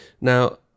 Now